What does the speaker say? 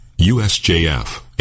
USJF